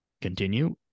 continue